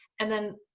and then,